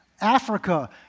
Africa